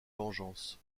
vengeances